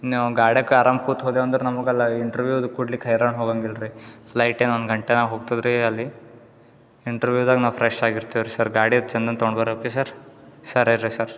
ನೀವು ಗಾಡ್ಯಾಕ ಆರಾಮ್ ಕೂತ್ ಹೋದೆವು ಅಂದ್ರೆ ನಮಗಲ್ಲಿ ಇಂಟ್ರವ್ಯೂವ್ದು ಕೊಡ್ಲಿಕ್ಕೆ ಹೈರಾಣ ಹೋಗಂಗಿಲ್ಲ ರೀ ಫ್ಲೈಟ್ ಇನ್ನೊಂದು ಗಂಟೆನಾಗ ಹೋಗ್ತದೆ ರೀ ಅಲ್ಲಿ ಇಂಟ್ರವ್ಯೂವ್ದಾಗ ನಾವು ಫ್ರೆಶ್ ಆಗಿರ್ತಿವಿ ರೀ ಸರ್ ಗಾಡಿ ಚಂದನ ತೊಗೊಂಡು ಬರ್ಬೇಕು ರೀ ಸರ್ ಸರ್ ರೀ ಸರ್